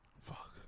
Fuck